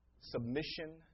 submission